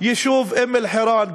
ביישוב אום-אלחיראן.